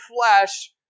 flesh